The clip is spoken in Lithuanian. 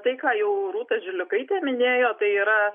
tai ką jau rūta žiliukaitė minėjo tai yra